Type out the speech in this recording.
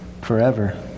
forever